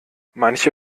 manche